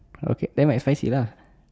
okay then buy Mcspicy lah